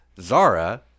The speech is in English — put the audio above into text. Zara